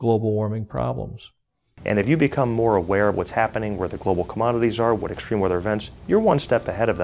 global warming problems and if you become more aware of what's happening where the global commodities are what extreme weather events you're one step ahead of